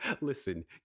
listen